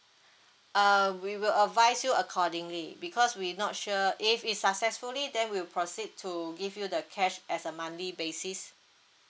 uh we will advise you accordingly because we not sure if it's successfully then will proceed to give you the cash as a monthly basis